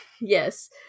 Yes